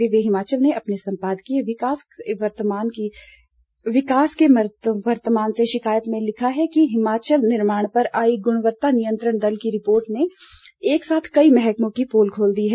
दिव्य हिमाचल ने अपने सम्पादकीय विकास के वर्तमान से शिकायत में लिखता है कि हिमाचली निर्माण पर आई गुणवत्ता नियंत्रण दल की रिपोर्ट ने एक साथ कई महकमे की पोल खोल दी है